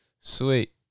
sweet